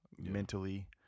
Mentally